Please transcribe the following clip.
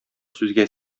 сүзгә